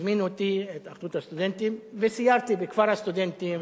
הזמינו אותי מהתאחדות הסטודנטים וסיירתי בכפר הסטודנטים,